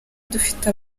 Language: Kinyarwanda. dufite